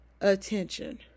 attention